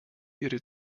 ihre